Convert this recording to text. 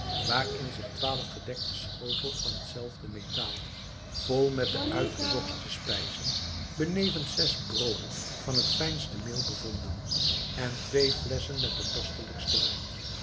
waarin zich twaalf gedekte schotels van hetzelfde metaal vol met de uitgezochtste spijzen benevens zes brooden van het fijnste meel bevonden en twee flesschen met den kostelijksten wijn